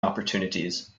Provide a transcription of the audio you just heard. opportunities